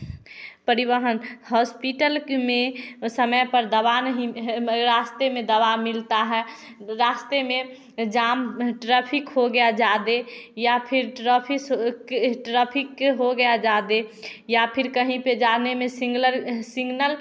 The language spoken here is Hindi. परिवहन हॉस्पिटल के में समय पर दवा नहीं रास्ते में दवा मिलता है रास्ते में जाम ट्रैफिक हो गया ज़्यादा या फिर ट्रैफिक सो के ट्रैफिक हो गया ज़्यादा या फिर कहीं पर जाने में सिंगुलर सिग्नल